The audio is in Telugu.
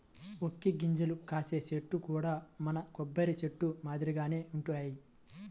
వక్క గింజలు కాసే చెట్లు కూడా మన కొబ్బరి చెట్లు మాదిరిగానే వుంటయ్యి